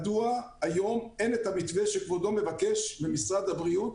מדוע היום אין את המתווה שכבודו מבקש ממשרד הבריאות?